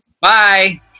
Bye